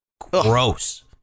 Gross